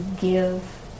give